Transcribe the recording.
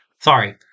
Sorry